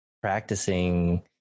practicing